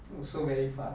also very far